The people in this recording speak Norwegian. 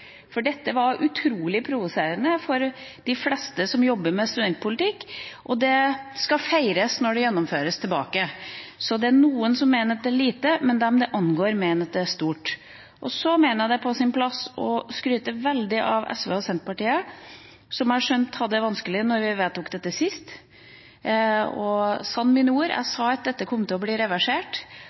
for dette var utrolig provoserende for de fleste som jobber med studentpolitikk, og det skal feires når det føres tilbake. Så det er noen som mener at dette er lite, men de det angår, mener at dette er stort. Jeg mener også at det er på sin plass å skryte veldig av SV og Senterpartiet, som jeg har skjønt hadde det vanskelig da vi vedtok dette sist – og sann mine ord: Jeg sa at dette kom til å bli reversert,